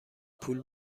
پول